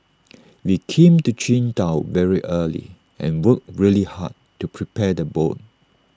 we came to Qingdao very early and worked really hard to prepare the boat